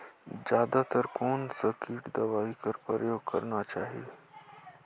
जादा तर कोन स किट दवाई कर प्रयोग करना चाही?